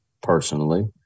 personally